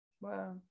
Wow